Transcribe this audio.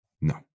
No